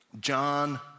John